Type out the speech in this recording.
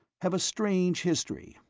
have a strange history.